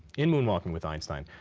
in moonwalking with einstein,